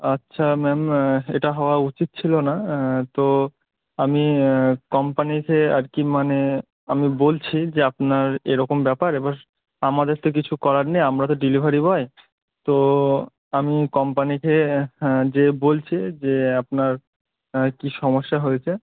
আচ্ছা ম্যাম এটা হওয়া উচিত ছিল না তো আমি কোম্পানিকে আর কি মানে আমি বলছি যে আপনার এরকম ব্যাপার এবার আমাদের তো কিছু করার নেই আমরা তো ডেলিভারি বয় তো আমি কোম্পানিকে গিয়ে বলছি যে আপনার কী সমস্যা হয়েছে